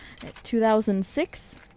2006